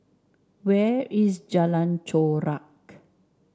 where is Jalan Chorak